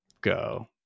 go